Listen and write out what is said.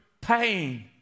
pain